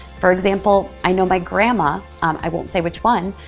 for example, i know my grandma, um i won't say which one.